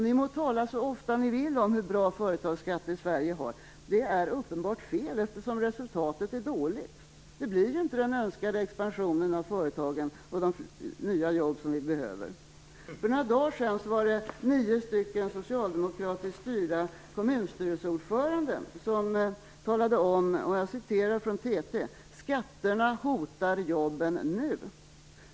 Ni må tala hur ofta ni vill om hur bra företagsskatter Sverige har - det är uppenbart fel eftersom resultatet är dåligt. Vi får ju inte den önskade expansionen i företagen och de nya jobb som vi behöver. För några dagar sedan talade nio socialdemokratiska kommunstyrelseordförande om att, och jag citerar från TT: "Skatterna hotar jobben nu."